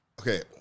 Okay